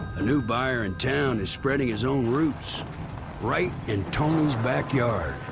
new buyer in town is spreading his own roots right in tony's backyard.